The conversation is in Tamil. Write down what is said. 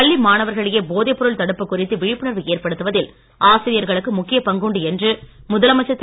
பள்ளி மாணவர்களிடையே போதை பொருள் தடுப்பு குறித்து விழிப்புணர்வு ஏற்படுத்துவதில் ஆசிரியர்களுக்கு முக்கிய பங்குண்டு என்று முதலமைச்சர் திரு